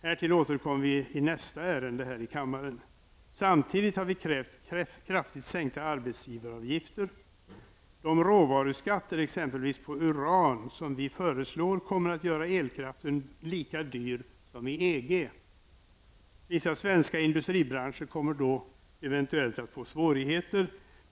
Härtill återkommer vi i nästa ärende här i kammaren. Samtidigt har vi krävt kraftigt sänkta arbetsgivaravgifter. De råvaruskatter, exempelvis på uran, som vi föreslår kommer att göra elkraften lika dyr som i EG. Vissa svenska industribranscher kommer då eventuellt att få svårigheter.